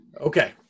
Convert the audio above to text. Okay